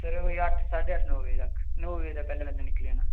sir ओह् कोई अट्ठ साड्ढे अट्ठ नौ बजे तक नौ बजे शा पैह्ले पैह्ले निकली जाना